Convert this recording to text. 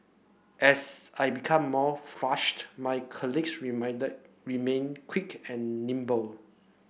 as I became more flustered my colleagues remained quick and nimble